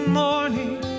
morning